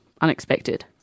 unexpected